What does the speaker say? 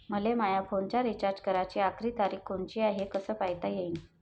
मले माया फोनचा रिचार्ज कराची आखरी तारीख कोनची हाय, हे कस पायता येईन?